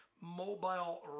Mobile